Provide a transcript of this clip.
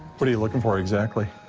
what are you looking for exactly?